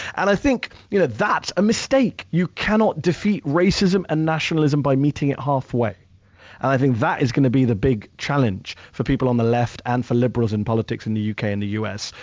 and i think you know that's a mistake. you cannot defeat racism and nationalism by meeting it halfway, and i think that is going to be the big challenge for people on the left and for liberals in politics in the u. k. and the u. s.